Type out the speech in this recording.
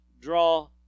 draw